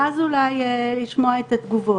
ואז אולי לשמוע את התגובות.